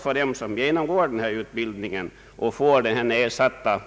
För dem som genomgår utbildning medför den nedsatta